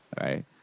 right